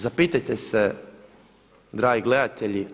Zapitajte se dragi gledatelji.